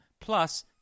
Plus